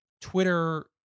Twitter